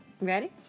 Ready